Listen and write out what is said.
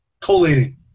Collating